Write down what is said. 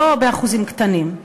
לא באחוזים קטנים.